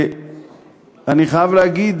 ואני חייב להגיד,